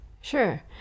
Sure